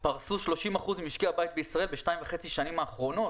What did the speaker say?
פרסו 30 אחוזים ממשקי הבית בישראל בשנתיים וחצי האחרונות.